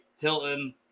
Hilton